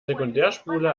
sekundärspule